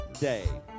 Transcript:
day